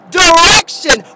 direction